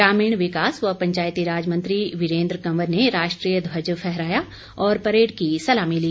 ग्रामीण विकास व पंचायतीराज मंत्री वीरेन्द्र कंवर ने राष्ट्रीय ध्वज फहराया और परेड की सलामी ली